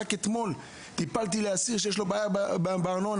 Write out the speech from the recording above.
רק אתמול טיפלתי באסיר שיש לו בעיה בארנונה.